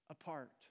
apart